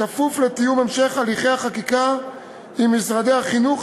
בכפוף לתיאום המשך הליכי החקיקה עם משרדי החינוך,